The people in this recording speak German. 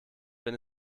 wenn